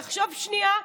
לחשוב שנייה,